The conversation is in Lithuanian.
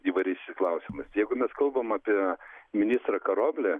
įvaraisiais klausimais jeigu mes kalbam apie ministrą karoblį